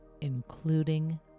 including